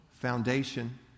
foundation